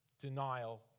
denial